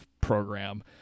program